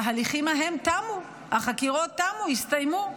וההליכים ההם תמו, החקירות תמו, הסתיימו.